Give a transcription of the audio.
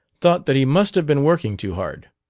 thought that he must have been working too hard.